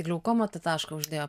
glaukoma tašką uždėjo